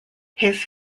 his